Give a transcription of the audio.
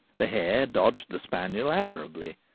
the hare dodged the spaniel admirably,